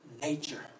nature